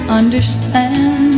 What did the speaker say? understand